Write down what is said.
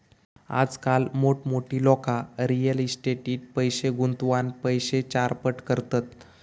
आजकाल मोठमोठी लोका रियल इस्टेटीट पैशे गुंतवान पैशे चारपट करतत